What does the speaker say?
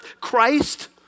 Christ